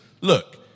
look